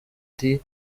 ati